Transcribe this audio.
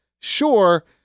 Sure